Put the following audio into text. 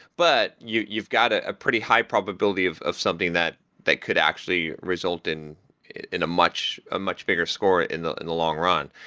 but you've you've got ah a pretty high probability of of something that that could actually result in in a much bigger score in the in the long run.